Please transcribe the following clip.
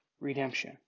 redemption